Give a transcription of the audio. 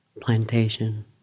plantation